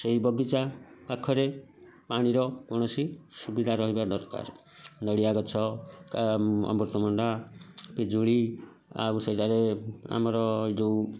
ସେଇ ବଗିଚା ପାଖରେ ପାଣିର କୌଣସି ସୁବିଧା ରହିବା ଦରକାର ନଡ଼ିଆ ଗଛ କା ଅମୃତଭଣ୍ଡା ପିଜୁଳି ଆଉ ସେଠାରେ ଆମର ଯେଉଁ